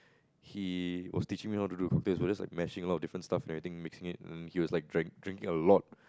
he was teaching me how to do cocktails but just like mashing a lot of different stuff and everything mixing it um he was like drink drinking a lot